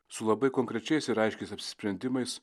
su labai konkrečiais ir aiškiais apsisprendimais